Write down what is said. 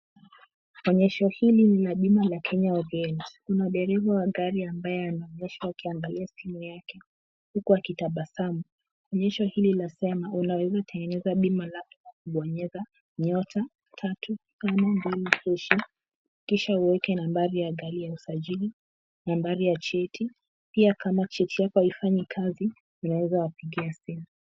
Onyesho hili ni la bima la Kenya Obients. Kuna dereva wa gari ambaye anaendesha akiangalia mbele yake huku akitabasamu. Onyesho hili lasema unaweza tengeneza bima lako kwa kubonyeza *352# kisha uweke nambari ya gari ya usajili, nambari ya cheti. Pia kama cheti yako haifanyi kazi unaweza wapigia simu.